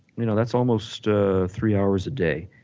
you know that's almost ah three hours a day.